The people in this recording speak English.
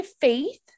faith